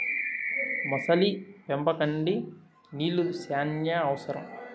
మొసలి పెంపకంకి నీళ్లు శ్యానా అవసరం